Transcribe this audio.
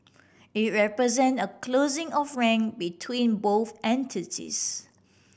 it represent a closing of rank between both entities